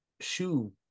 shoe